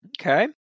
Okay